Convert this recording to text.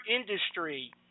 industry